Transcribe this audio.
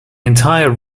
entire